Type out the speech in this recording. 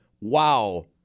wow